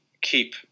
keep